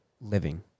Living